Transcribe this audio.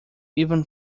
even